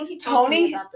Tony